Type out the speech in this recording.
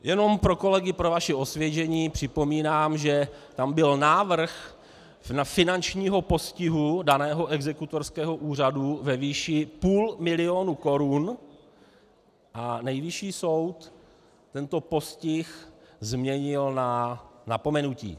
Jenom pro kolegy, pro vaše osvěžení, připomínám, že tam byl návrh finančního postihu daného exekutorského úřadu ve výši půl milionu korun a Nejvyšší soud tento postih změnil na napomenutí.